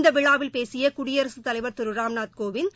இந்த விழாவில் பேசிய குடியரசு தலைவர் திரு ராம்நாத் கோவிந்த்